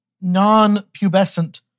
non-pubescent